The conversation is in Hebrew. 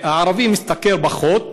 הערבי משתכר פחות